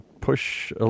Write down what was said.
push